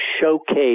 showcase